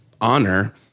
honor